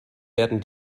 werden